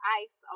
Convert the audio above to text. ice